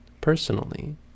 personally